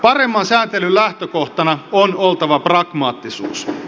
paremman sääntelyn lähtökohtana on oltava pragmaattisuus